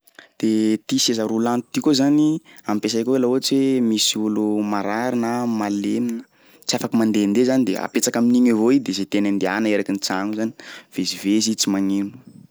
De ty seza roulante ty koa zany, ampiasay koa laha ohatsy hoe misy olo marary na malemy tsy afaky mandehandeha zany de apetsaka amin'igny avao i de zay tiany andehana eraky ny tragno igny zany, mivezivezyy tsy magnino.